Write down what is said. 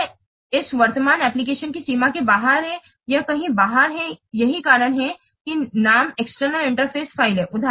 यह इस वर्तमान एप्लिकेशन की सीमा के बाहर है यह कहीं बाहर है यही कारण है कि नाम एक्सटर्नल इंटरफ़ेस फ़ाइल है